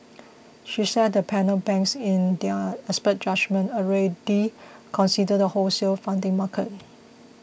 she said the panel banks in their expert judgement already consider the wholesale funding market